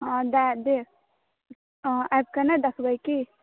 हॅं देब आबि के नहि देखबै की